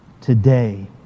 today